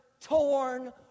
torn